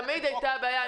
זו תמיד הייתה הבעיה.